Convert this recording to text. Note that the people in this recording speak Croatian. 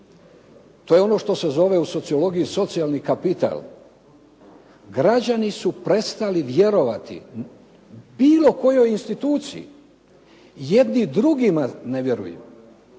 To je ono što se zove u sociologiji socijalni kapital. Građani su prestali vjerovati bilo kojoj instituciji. Jedni drugima ne vjeruju.